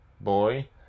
boy